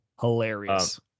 Hilarious